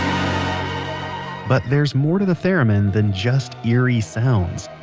um but there's more to the theremin than just eerie sounds.